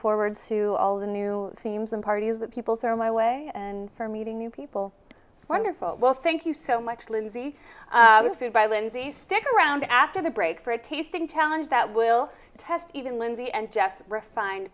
forward to all the new themes and parties that people throw my way and for meeting new people wonderful well thank you so much lindsay the food by lindsay stick around after the break for a tasting talent that will test even lindsey and jess refined